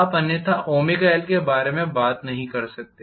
आप अन्यथा L के बारे में बात नहीं कर सकते